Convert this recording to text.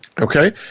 Okay